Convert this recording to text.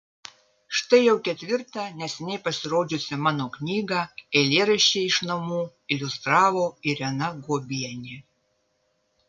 štai jau ketvirtą neseniai pasirodžiusią mano knygą eilėraščiai iš namų iliustravo irena guobienė